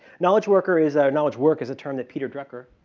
knowledge worker is a knowledge work is a term that peter drecker,